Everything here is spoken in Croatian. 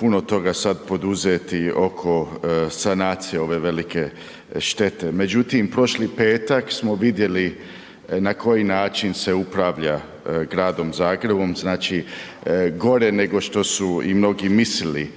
puno toga sad poduzeti oko sanacije ove velike štete, međutim, prošli petak smo vidjeli na koji način se upravlja gradom Zagrebom, znači gore nego što su i mnogi mislili.